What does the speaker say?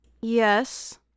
Yes